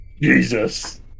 Jesus